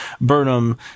Burnham